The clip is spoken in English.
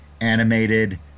animated